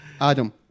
Adam